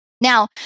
now